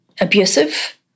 abusive